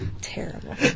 Terrible